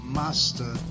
master